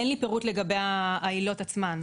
אין לי פירוט לגבי העילות עצמן,